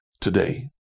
Today